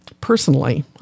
Personally